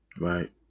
right